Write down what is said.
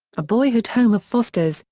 a boyhood home of foster's,